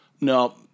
No